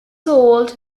sold